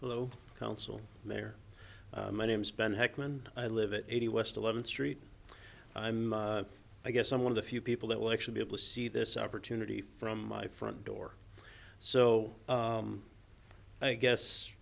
hello council there my name is ben hackman i live it eighty west eleventh street i guess i'm one of the few people that will actually be able to see this opportunity from my front door so i guess